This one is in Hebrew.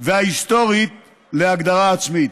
וההיסטורית להגדרה עצמית.